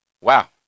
Wow